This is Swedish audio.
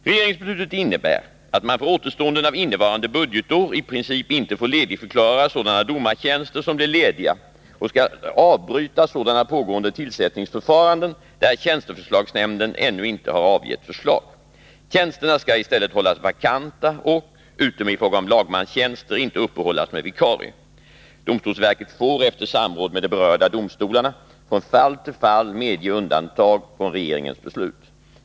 Regeringsbeslutet innebär att man för återstoden av innevarande budgetår i princip inte får ledigförklara sådana domartjänster som blir lediga och skall avbryta sådana pågående tillsättningsförfaranden där tjänsteförslagsnämnden ännu inte har avgett förslag. Tjänsterna skall i stället hållas vakanta och — utom i fråga om lagmanstjänster — inte uppehållas med vikarie. Domstolsverket får efter samråd med de berörda domstolarna från fall till fall medge undantag från regeringens beslut.